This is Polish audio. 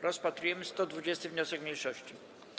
Rozpatrujemy 130. wniosek mniejszości.